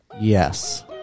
Yes